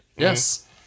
Yes